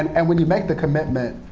and and when you make the commitment,